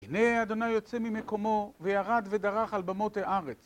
הנה ה' יוצא ממקומו וירד ודרך על במות הארץ.